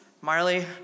Marley